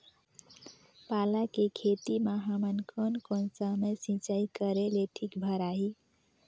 पाला के खेती मां हमन कोन कोन समय सिंचाई करेले ठीक भराही?